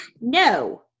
no